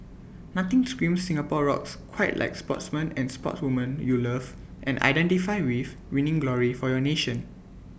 nothing screams Singapore rocks quite like sportsmen and sportswomen you love and identify with winning glory for your nation